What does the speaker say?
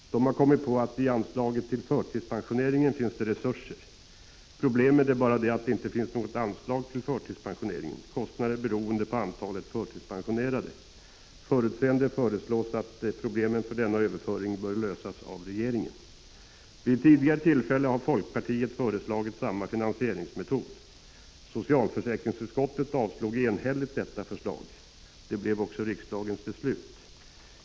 De har kommit på att det i anslaget till förtidspensioneringen finns resurser. Problemet är bara det att det inte finns något anslag till förtidspensioneringen. Kostnaderna är beroende på antalet förtidspensionerade. Förutseende föreslås att problemen i samband med denna överföring bör lösas av regeringen. Vid tidigare tillfällen har folkpartiet föreslagit samma finansieringsmetod. Socialförsäkringsutskottet avstyrkte enhälligt detta förslag. Det blev också riksdagens beslut.